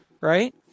right